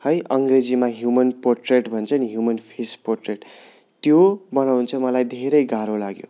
है अङ्रेजीमा human portrait भन्छ नि ह्युमन फेस पोट्रेट त्यो बनाउनु चाहिँ मलाई धेरै गाह्रो लाग्यो